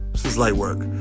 this is like work.